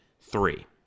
three